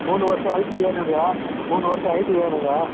மூனு வருஷம் ஐடி வேணும்ங்க மூனு வருஷம் ஐடி வேணும்ங்க